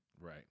Right